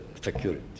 security